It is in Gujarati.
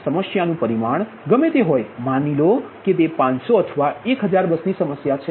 સમસ્યાનું પરિમાણ ગમે તે હોય માની લો કે તે 500 અથવા 1000 બસ ની સમસ્યા છે